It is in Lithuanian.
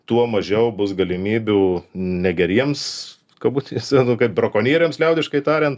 tuo mažiau bus galimybių negeriems kabutėse kaip brakonieriams liaudiškai tariant